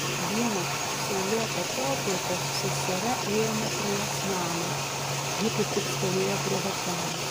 vieną saulėtą popietę su seseria ėjome pro jos namą ji kaip tik stovėjo prie vartelių